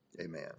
amen